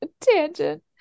tangent